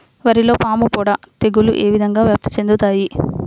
వరిలో పాముపొడ తెగులు ఏ విధంగా వ్యాప్తి చెందుతాయి?